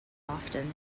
often